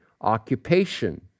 occupation